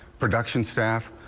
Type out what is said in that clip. production staff,